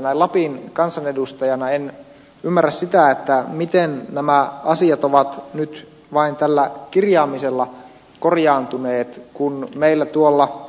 näin lapin kansanedustajana en ymmärrä sitä miten nämä asiat ovat nyt vain tällä kirjaamisella korjaantuneet kun meillä tuolla